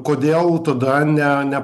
kodėl tada ne ne